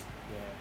ya